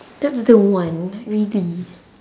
that's the one really